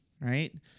right